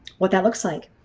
what that looks like?